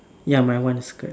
ya my one is skirt